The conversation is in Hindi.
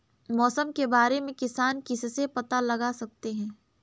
मौसम के बारे में किसान किससे पता लगा सकते हैं?